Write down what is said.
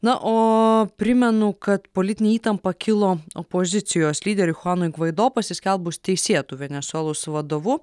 na o primenu kad politinė įtampa kilo opozicijos lyderiui chuanui gvaido pasiskelbus teisėtu venesuelos vadovu